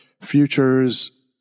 futures